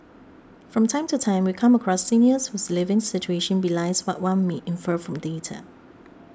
from time to time we come across seniors whose living situation belies what one may infer from data